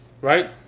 Right